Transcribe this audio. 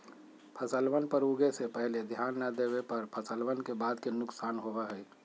फसलवन पर उगे से पहले ध्यान ना देवे पर फसलवन के बाद के नुकसान होबा हई